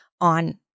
on